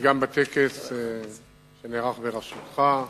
וגם בטקס שנערך בראשותך,